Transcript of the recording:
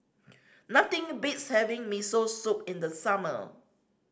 nothing beats having Miso Soup in the summer